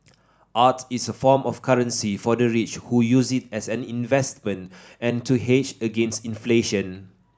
art is a form of currency for the rich who use it as an investment and to hedge against inflation